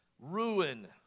ruin